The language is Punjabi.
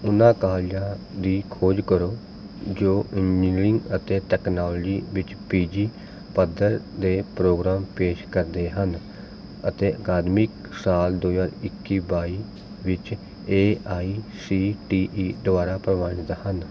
ਉਹਨਾਂ ਕਾਲਜਾਂ ਦੀ ਖੋਜ ਕਰੋ ਜੋ ਇੰਜੀਨੀਅਰਿੰਗ ਅਤੇ ਤਕਨੋਲਜੀ ਵਿੱਚ ਪੀ ਜੀ ਪੱਧਰ ਦੇ ਪ੍ਰੋਗਰਾਮ ਪੇਸ਼ ਕਰਦੇ ਹਨ ਅਤੇ ਅਕਾਦਮਿਕ ਸਾਲ ਦੋ ਹਜ਼ਾਰ ਇੱਕੀ ਬਾਈ ਵਿੱਚ A I C T E ਦੁਆਰਾ ਪ੍ਰਵਾਨਿਤ ਹਨ